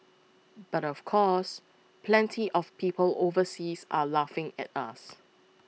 but of course plenty of people overseas are laughing at us